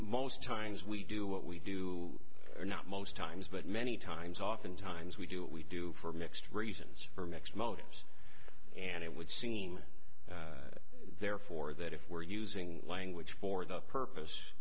most times we do what we do or not most times but many times often times we do what we do for mixed reasons for mixed motives and it would seem therefore that if we're using language for the purpose